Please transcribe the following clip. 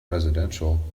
residential